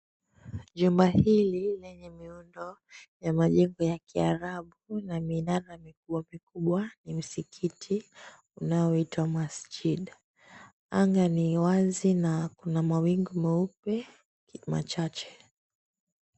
Jumba hili lenye miundo ya majengo ya kiarabu na minara mikubwa mikubwa ni msikiti unaoitwa Masjid. Anga ni wazi na kuna mawingu meupe machache.